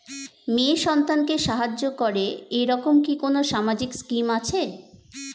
মেয়ে সন্তানকে সাহায্য করে এরকম কি কোনো সামাজিক স্কিম আছে?